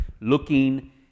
looking